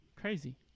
Crazy